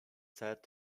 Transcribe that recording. said